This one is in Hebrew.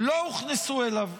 לא הוכנסו אליו.